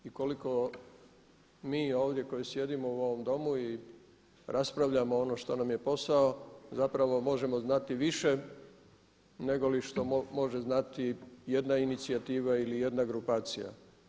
I koliko mi ovdje koji sjedimo u ovom domu i raspravljamo ono što nam je posao zapravo možemo znati više nego li što može znati jedna inicijativa ili jedna grupacija.